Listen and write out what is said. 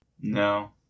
No